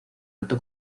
alto